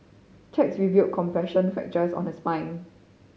checks review compression fractures on her spine